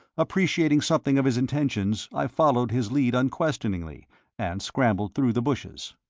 appreciating something of his intentions, i followed his lead unquestioningly and, scrambling through the bushes